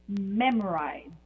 Memorize